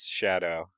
shadow